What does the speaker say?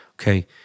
okay